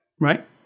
right